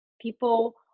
people